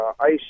ice